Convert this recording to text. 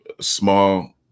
small